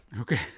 Okay